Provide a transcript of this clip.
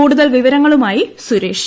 കൂടുതൽ വിവരങ്ങളുമായി സുരേഷ്